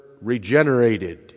regenerated